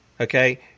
okay